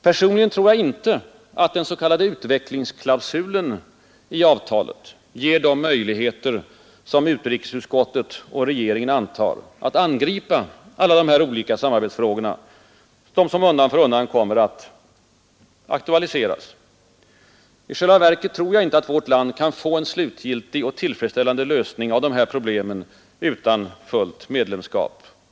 Personligen tror jag inte att den s.k. utvecklingsklausulen i avtalet ger de möjligheter utrikesutskottet och regeringen antar att angripa alla de olika samarbetsfrågor, som undan för undan kommer att aktualiseras. I själva verket tror jag inte att vårt land lär kunna få en slutgiltig och tillfredsställande lösning av alla dessa problem utan fullt medlemskap.